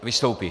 Vystoupí.